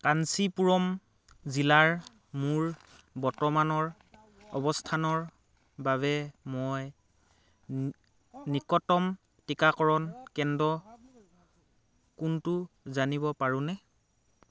কাঞ্চীপুৰম জিলাৰ মোৰ বৰ্তমানৰ অৱস্থানৰ বাবে মই নিকতম টিকাকৰণ কেন্দ্ৰ কোনটো জানিব পাৰোঁনে